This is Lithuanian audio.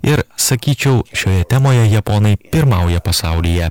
ir sakyčiau šioje temoje japonai pirmauja pasaulyje